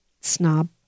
snob